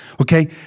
okay